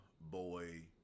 boy